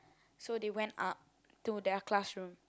so they went up to their classroom